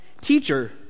Teacher